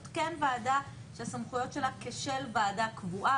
זאת כן ועדה שהסמכויות שלה כשל ועדה קבועה,